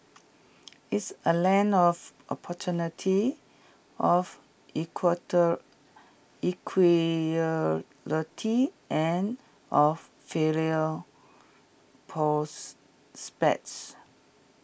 it's A land of opportunity of and of failure